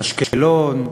אשקלון,